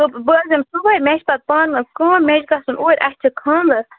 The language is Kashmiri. بہٕ بہٕ حظ یِمہِ صُبحٲے مےٚ چھِ پَتہٕ پانس کٲم مےٚ چھِ گژھُن اورۍ اَسہِ چھُ خانٛدر